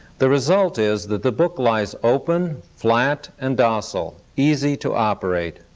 the result is that the book lies open, flat and docile, easy to operate.